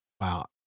Wow